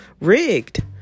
rigged